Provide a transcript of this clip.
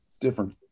different